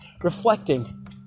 reflecting